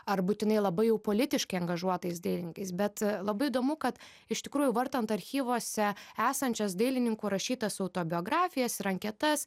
ar būtinai labai jau politiškai angažuotais dailininkais bet labai įdomu kad iš tikrųjų vartant archyvuose esančias dailininkų rašytas autobiografijas ir anketas